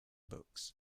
books